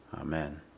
Amen